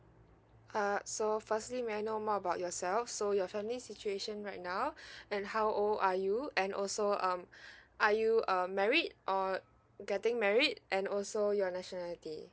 uh so firstly may I know more about yourself so your family situation right now and how old are you and also um are you uh married or getting married and also your nationality